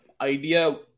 idea